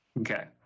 Okay